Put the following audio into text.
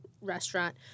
restaurant